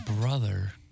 brother